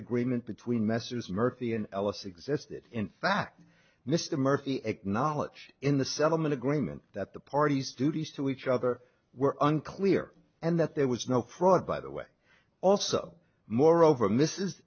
agreement between messrs murphy and ellis existed in fact mr murphy acknowledge in the settlement agreement that the parties duties to each other were unclear and that there was no fraud by the way also moreover miss